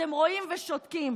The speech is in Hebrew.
אתם רואים ושותקים.